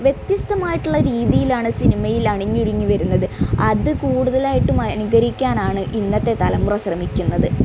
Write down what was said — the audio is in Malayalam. വ്യത്യസ്തമായിട്ട് ഉള്ള രീതിയിലാണ് സിനിമയിൽ അണിഞ്ഞൊരുങ്ങി വരുന്നത് അത് കൂടുതലായിട്ടും അനുകരിക്കാനാണ് ഇന്നത്തെ തലമുറ ശ്രമിക്കുന്നത്